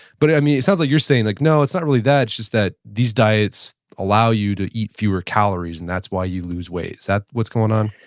but i mean it sounds like you're saying like, no, it's not really that, it's just that these diets allow you to eat fewer calories and that's why you lose weight. is that what's going on?